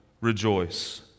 rejoice